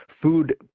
food